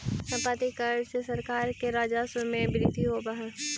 सम्पत्ति कर से सरकार के राजस्व में वृद्धि होवऽ हई